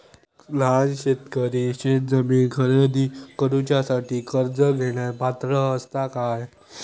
लहान शेतकरी शेतजमीन खरेदी करुच्यासाठी कर्ज घेण्यास पात्र असात काय?